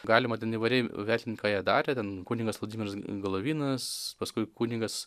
galima ten įvairiai vertint ką jie darė ten kunigas vladimiras galavinas paskui kunigas